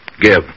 Give